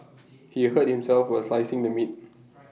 he hurt himself while slicing the meat